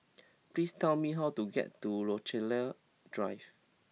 please tell me how to get to Rochalie Drive